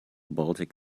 baltic